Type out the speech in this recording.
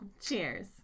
cheers